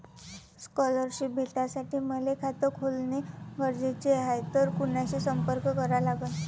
Scholarship भेटासाठी मले खात खोलने गरजेचे हाय तर कुणाशी संपर्क करा लागन?